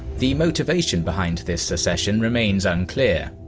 the motivation behind this secession remains unclear.